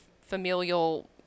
familial